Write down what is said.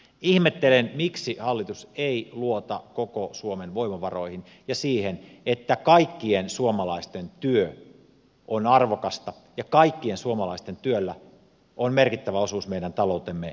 ihmettelen miksi hallitus ei luota koko suomen voimavaroihin ja siihen että kaikkien suomalaisten työ on arvokasta ja kaikkien suomalaisten työllä on merkittävä osuus meidän taloutemme kohentamisessa